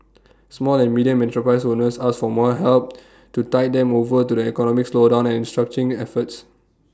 small and medium enterprise owners asked for more help to tide them over to the economic slowdown and restructuring efforts